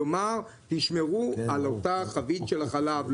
כלומר, תשמרו על אותה חבית של החלב.